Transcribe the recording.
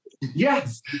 Yes